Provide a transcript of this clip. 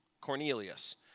Cornelius